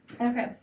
Okay